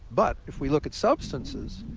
but if we look at substances,